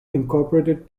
incorporated